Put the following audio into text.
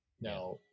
Now